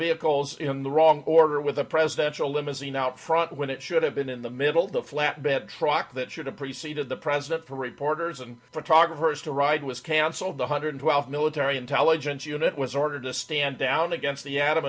vehicles in the wrong order with the presidential limousine out front when it should have been in the middle of the flatbed truck that should have preceded the president for reporters and photographers to ride was cancelled one hundred twelve military intelligence unit was ordered to stand down against the adam